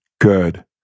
Good